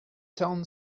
town